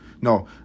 no